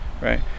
right